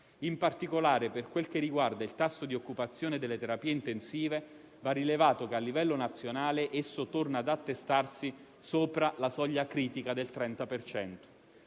In particolare, per quel che riguarda il tasso di occupazione delle terapie intensive, va rilevato che, a livello nazionale, esso torna ad attestarsi sopra la soglia critica del 30